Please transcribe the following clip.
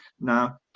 Now